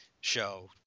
show